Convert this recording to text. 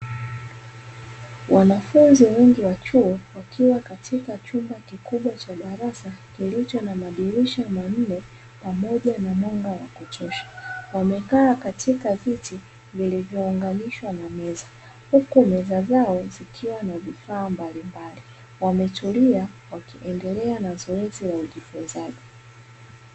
Wanafunzi wengi wa chuo wakiwa katika chumba kikubwa cha darasa, kilicho na madirisha manne pamoja na mwanga wa kutosha. Wamekaa katika viti vilivyoanganishwa na meza, huku meza zao zikiwa na vifaa mbalimbali. Wametulia wakiendelea na zoezi la ujifunzaji.